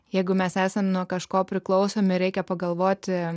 jeigu mes esam nuo kažko priklausomi reikia pagalvoti